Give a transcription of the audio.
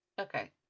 Okay